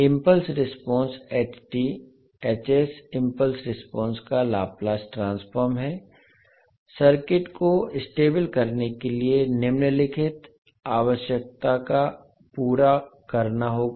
impulse response impulse response का Laplace transform है circuit को स्टेबल करने के लिए निम्नलिखित आवश्यकता को पूरा करना होगा